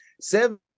Seven